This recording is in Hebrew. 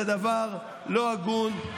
זה דבר לא הגון,